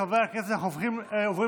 חברי הכנסת, אנחנו עוברים להצבעה.